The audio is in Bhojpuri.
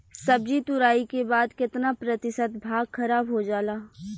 सब्जी तुराई के बाद केतना प्रतिशत भाग खराब हो जाला?